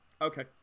Okay